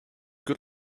good